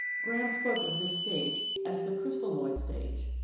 graham spoke of this stage as the crystalloid stage.